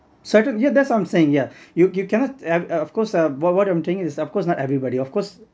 started yeah that's what I'm saying yeah you you cannot uh of course uh what what I'm doing is of course not everybody of course